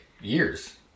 years